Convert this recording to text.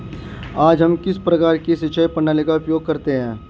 आज हम किस प्रकार की सिंचाई प्रणाली का उपयोग करते हैं?